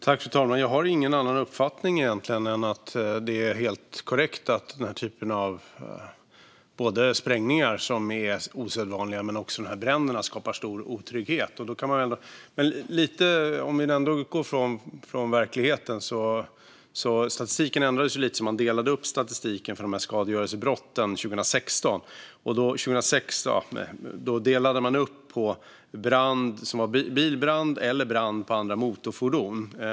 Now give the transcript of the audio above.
Fru talman! Jag har egentligen ingen annan uppfattning än att det är helt korrekt att både den här typen av sprängningar, som är mindre vanliga, och bränderna skapar stor otrygghet. Det är ändå bra om vi utgår ifrån verkligheten. Man delade upp statistiken för skadegörelsebrotten 2016 när det gäller brand, som då blev bilbrand eller brand på andra motorfordon.